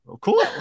cool